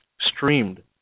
streamed